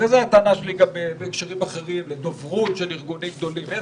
זו הטענה שלי גם בהקשרים אחרים לדוברות של ארגונים גדולים,